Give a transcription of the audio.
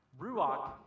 Ruach